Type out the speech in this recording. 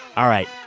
all right,